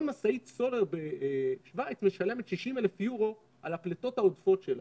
כל משאית סולר בשוויץ משלמת 60,000 יורו על הפליטות העודפות שלה,